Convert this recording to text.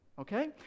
okay